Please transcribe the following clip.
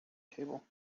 table